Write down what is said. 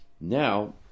Now